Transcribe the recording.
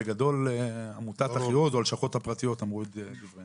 בגדול עמותת אחיעוז או הלשכות הפרטיות אמרו את דבריהם.